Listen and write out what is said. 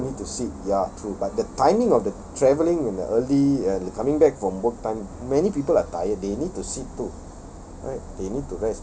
yes old people need to sit ya true but the timing of the travelling in the early and coming back from work time many people are tired they need to sit too